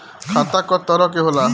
खाता क तरह के होला?